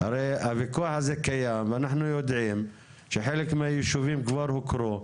הרי הוויכוח הזה קיים ואנחנו יודעים שחלק מהיישובים כבר הוכרו,